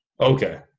Okay